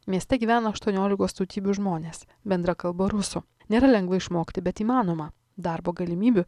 mieste gyvena aštuoniolikos tautybių žmonės bendra kalba rusų nėra lengva išmokti bet įmanoma darbo galimybių